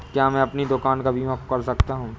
क्या मैं अपनी दुकान का बीमा कर सकता हूँ?